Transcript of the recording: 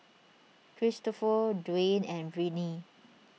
Cristofer Dwane and Brittny